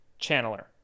Channeler